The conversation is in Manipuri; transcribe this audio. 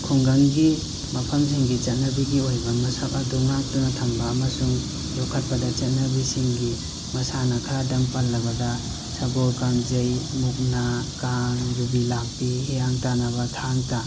ꯈꯨꯡꯒꯪꯒꯤ ꯃꯐꯝꯁꯤꯡꯒꯤ ꯆꯠꯅꯕꯤꯒꯤ ꯑꯣꯏꯕ ꯃꯁꯛ ꯑꯗꯨ ꯉꯥꯛꯇꯨꯅ ꯊꯝꯕ ꯑꯃꯁꯨꯡ ꯌꯣꯛꯈꯠꯄꯗ ꯆꯠꯅꯕꯤꯁꯤꯡꯒꯤ ꯃꯁꯥꯟꯅ ꯈꯔꯗꯪ ꯄꯜꯂꯕꯗ ꯁꯒꯣꯜ ꯀꯥꯡꯖꯩ ꯃꯨꯛꯅꯥ ꯀꯥꯡ ꯌꯨꯕꯤ ꯂꯥꯛꯄꯤ ꯍꯤꯌꯥꯡ ꯇꯥꯟꯅꯕ ꯊꯥꯡ ꯇꯥ